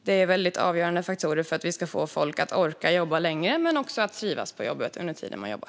Det är väldigt avgörande faktorer för att vi ska få folk att orka jobba längre men också trivas på jobbet under tiden man jobbar.